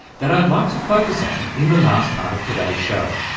that i'd like to focus on in the last part of today's show.